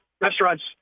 restaurants